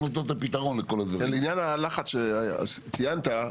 ולעניין הלחץ שציינת,